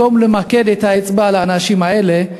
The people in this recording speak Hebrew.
במקום למקד את האצבע על האנשים האלה,